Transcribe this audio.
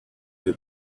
did